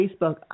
Facebook